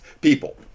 people